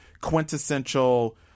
quintessential